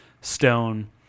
Stone